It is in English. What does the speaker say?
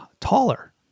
taller